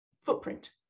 footprint